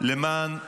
למען נשמתכם,